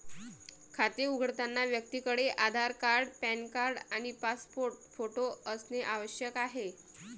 खाते उघडताना व्यक्तीकडे आधार कार्ड, पॅन कार्ड आणि पासपोर्ट फोटो असणे आवश्यक आहे